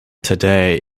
today